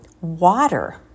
water